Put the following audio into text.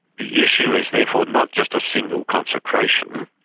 the issue is therefore not just a single consecration.